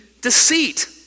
deceit